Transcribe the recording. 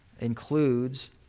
includes